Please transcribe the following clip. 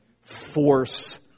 force